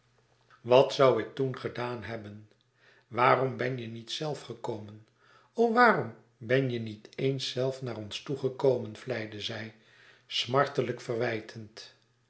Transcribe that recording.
wat zoû ik toen gedaan hebben waarom ben je niet zelf gekomen o waarom ben je niet eens zelf naar ons toe gekomen vleide zij smartelijk verwijtend